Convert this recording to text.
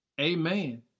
amen